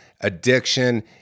addiction